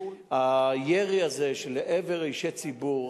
הירי הזה לעבר אישי ציבור,